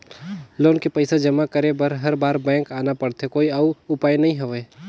Loan के पईसा जमा करे बर हर बार बैंक आना पड़थे कोई अउ उपाय नइ हवय?